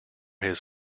his